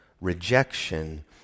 rejection